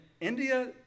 India